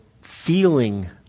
feeling